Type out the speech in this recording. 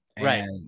Right